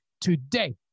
today